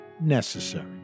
necessary